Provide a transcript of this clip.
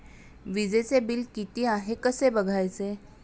वीजचे बिल किती आहे कसे बघायचे?